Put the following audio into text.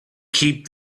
keep